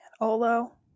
Olo